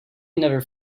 never